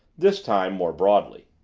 this time more broadly.